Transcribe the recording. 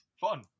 fun